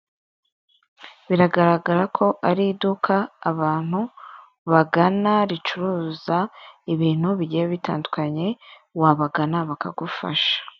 Biragaragara ko ari iduka abantu bagana ricuruza ibintu bigiye bitandukanye wabagana bakagufasha.